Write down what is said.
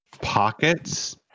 pockets